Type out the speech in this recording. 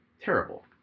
Terrible